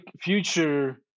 future